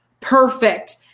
perfect